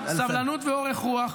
סבלנות ואורך רוח,